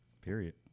Period